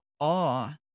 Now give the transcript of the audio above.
awe